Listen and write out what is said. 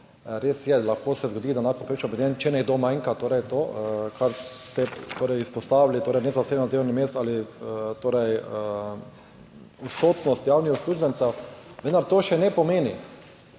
res je, lahko se zgodi, da je nadpovprečno obremenjen, če nekdo manjka torej, to kar ste torej izpostavili, torej nezasedena delovnih mest ali torej odsotnost javnih uslužbencev. Vendar to še ne pomeni,